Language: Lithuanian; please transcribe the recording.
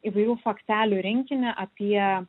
įvairių faktelių rinkinį apie